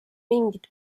mingit